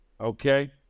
okay